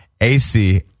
AC